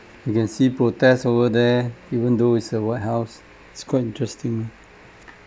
you can see protest over there even though is a white house it's quite interesting ah